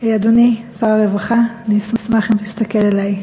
אדוני שר הרווחה, אני אשמח אם תסתכל עלי.